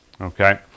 Okay